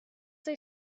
they